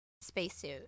spacesuit